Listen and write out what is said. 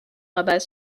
rabat